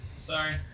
Sorry